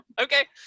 Okay